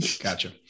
Gotcha